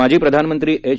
माजी प्रधानमंत्री एच